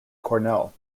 cornell